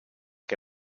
que